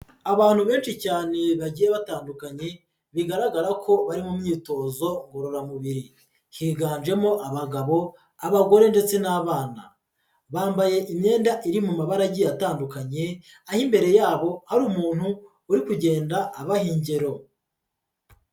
Abantu benshi cyane bagiye batandukanye bigaragara ko bari mu myitozo ngororamubiri higanjemo abagabo abagore ndetse n'abana bambaye imyenda iri mu mabara agiye atandukanye aho imbere yabo hari umuntu uri kugenda abaha ingeroro.